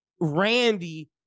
Randy